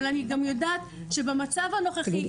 אבל אני גם יודעת שבמצב הנוכחי,